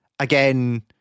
Again